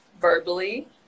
verbally